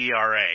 ERA